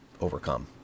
overcome